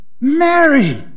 Mary